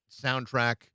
soundtrack